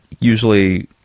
Usually